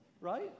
right